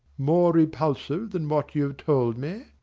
more repulsive than what you have told me?